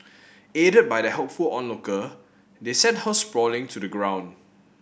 aided by the helpful onlooker they sent her sprawling to the ground